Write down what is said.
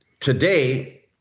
Today